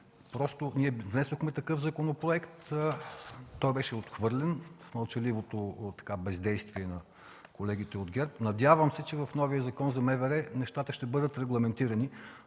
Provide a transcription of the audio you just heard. мина. Ние внесохме такъв законопроект, той беше отхвърлен с мълчаливото бездействие на колегите от ГЕРБ. Надявам се, че в новия Закон на МВР нещата ще бъдат регламентирани.